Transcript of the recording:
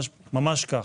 ממש כך.